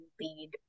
lead